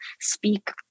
speak